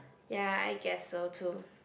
ya I guess so too